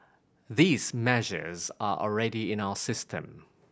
these measures are already in our system